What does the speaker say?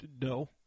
No